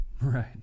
Right